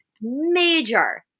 Major